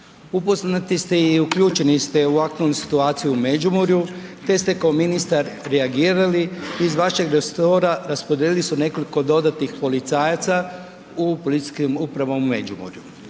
Upoznati ste i uključeni ste u aktualnu situaciju u Međimurju te ste ko ministar reagirali, iz vašeg resora raspodijelili su nekoliko dodatnih policajaca u policijskim upravama u Međimurju.